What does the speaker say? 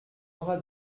aura